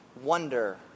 wonder